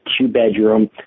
two-bedroom